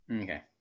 Okay